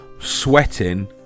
sweating